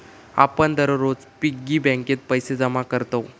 आपण दररोज पिग्गी बँकेत पैसे जमा करतव